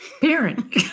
parent